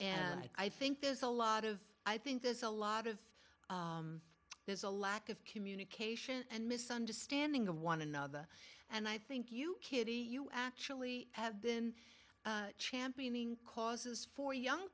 and i think there's a lot of i think there's a lot of there's a lack of communication and misunderstanding of one another and i think you kitty you actually have been championing causes for young